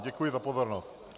Děkuji za pozornost.